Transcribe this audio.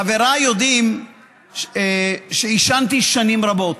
חבריי יודעים שעישנתי שנים רבות.